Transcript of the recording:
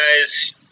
Guys